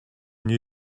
new